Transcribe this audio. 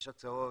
יש הצעות,